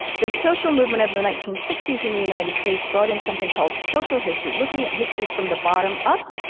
the social movement of the nineteen sixty s in the united states brought in something called social history, looking at history from the bottom up.